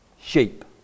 sheep